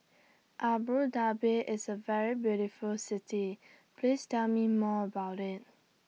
Abu Dhabi IS A very beautiful City Please Tell Me More about IT